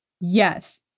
Yes